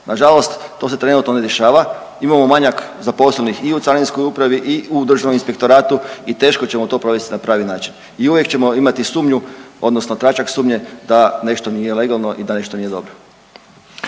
Nažalost, to se trenutno ne dešava. Imamo manjak zaposlenih i u Carinskoj upravi i u Državnom inspektoru i teško ćemo to provesti na pravi način i uvijek ćemo imati sumnju odnosno tračak sumnje da nešto nije legalno i da nešto nije dobro.